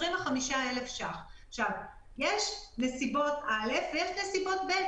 יש נסיבות א' ונסיבות ב'.